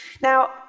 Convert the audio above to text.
Now